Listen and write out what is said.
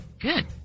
Good